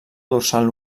dorsal